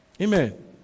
Amen